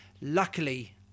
Luckily